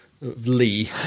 Lee